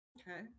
okay